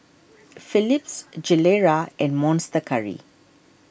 Philips Gilera and Monster Curry